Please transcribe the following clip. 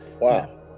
Wow